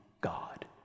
God